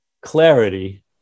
clarity